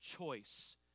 choice